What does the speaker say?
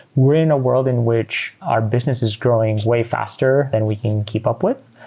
we're in a world in which our business is growing way faster than we can keep up with.